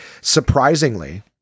surprisingly